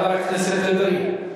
חבר הכנסת אדרי,